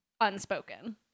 Unspoken